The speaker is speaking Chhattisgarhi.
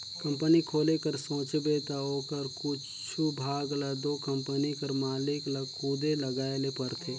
कंपनी खोले कर सोचबे ता ओकर कुछु भाग ल दो कंपनी कर मालिक ल खुदे लगाए ले परथे